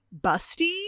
busty